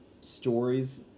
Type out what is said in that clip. stories